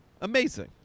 Amazing